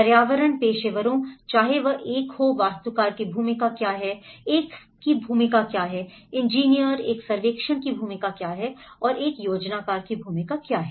पर्यावरण पेशेवरों चाहे वह एक हो वास्तुकार की भूमिका क्या है एक की भूमिका क्या है इंजीनियर एक सर्वेक्षक की भूमिका क्या है और एक योजनाकार की भूमिका क्या है